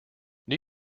new